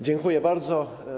Dziękuję bardzo.